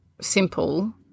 simple